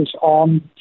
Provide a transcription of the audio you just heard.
on